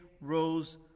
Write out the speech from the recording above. rose